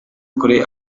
kuri